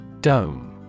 Dome